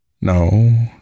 No